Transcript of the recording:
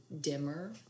dimmer